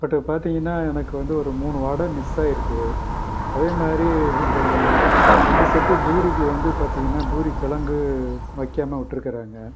பட்டு பார்த்திங்கன்னா எனக்கு வந்து ஒரு மூணு வடை மிஸ் ஆயிருக்கு அதேமாதிரி இந்த ரெண்டு செட்டு பூரிக்கு வந்து பார்த்திங்கன்னா பூரி கெழங்கு வைக்காமல் விட்டுருக்குறாங்க